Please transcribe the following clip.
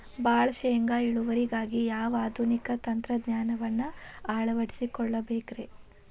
ಭಾಳ ಶೇಂಗಾ ಇಳುವರಿಗಾಗಿ ಯಾವ ಆಧುನಿಕ ತಂತ್ರಜ್ಞಾನವನ್ನ ಅಳವಡಿಸಿಕೊಳ್ಳಬೇಕರೇ?